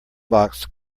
box